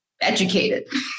educated